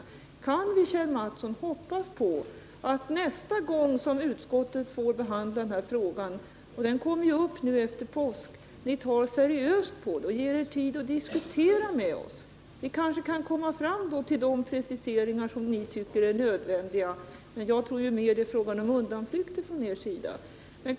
Kan vi, Kjell Mattsson, hoppas på att ni nästa gång som utskottet får behandla denna fråga — den kommer ju upp igen efter påsk — tar seriöst på den och ger er tid att diskutera den med oss? Vi kanske då kan komma fram till de preciseringar som ni tycker är nödvändiga —- även om jag mera tror att det är fråga om undanflykter från ert håll.